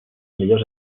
millors